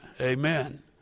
Amen